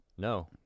No